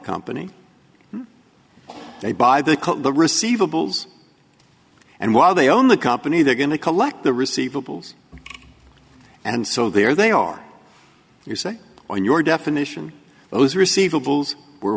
company they buy they call the receivables and while they own the company they're going to collect the receivables and so there they are you say on your definition those receivables were